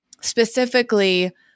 Specifically